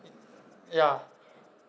ya